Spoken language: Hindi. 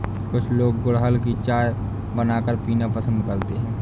कुछ लोग गुलहड़ की चाय बनाकर पीना पसंद करते है